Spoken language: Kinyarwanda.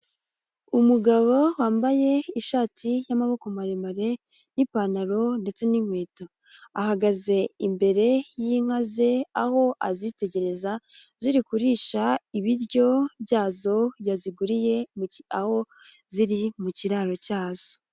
Umugabo wambaye ishati y'amaboko maremare n'ipantaro ndetse n'inkweto. Ahagaze imbere y'inka ze, aho azitegereza ziri kuririsha ibiryo byazo yaziguriye, aho ziri mu kiraro cyazo.